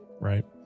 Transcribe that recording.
right